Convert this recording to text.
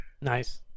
Nice